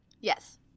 Yes